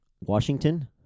Washington